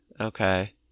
Okay